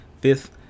Fifth